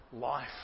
life